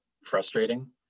frustrating